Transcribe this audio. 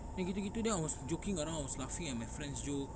then gitu gitu then I was joking around I was laughing at my friend's joke